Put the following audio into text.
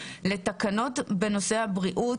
לתקנות בנושא הבריאות,